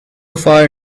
far